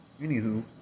anywho